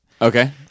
Okay